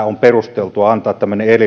on perusteltua antaa tämmöinen